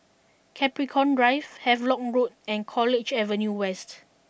Capricorn Drive Havelock root and College Avenue West